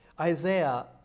Isaiah